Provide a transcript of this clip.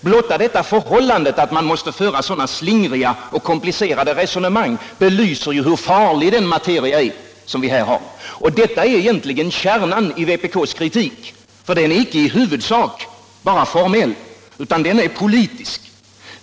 Blotta detta förhållande att man måste föra så slingriga och komplicerade resonemang belyser hur farlig den materia är som vi här har. Detta är egentligen kärnan i vpk:s kritik. Den är icke i huvudsak bara formell, utan den är politisk.